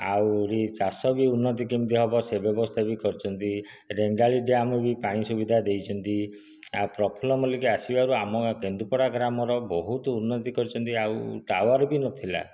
ଆହୁରି ଚାଷ ବି ଉନ୍ନତି କେମିତି ହେବ ସେ ବ୍ୟବସ୍ତା ବି କରିଛନ୍ତି ରେଙ୍ଗାଲି ଡ୍ୟାମ୍ ବି ପାଣି ସୁବିଧା ଦେଇଛନ୍ତି ଆଉ ପ୍ରଫୁଲ୍ଲ ମଲ୍ଲିକ ଆସିବାରୁ ଆମ କେନ୍ଦୁପଡ଼ା ଗ୍ରାମର ବହୁତ ଉନ୍ନତି କରିଛନ୍ତି ଆଉ ଟାୱାର୍ ବି ନଥିଲା